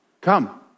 Come